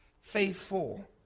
faithful